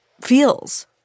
feels